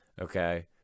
Okay